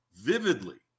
vividly